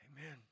Amen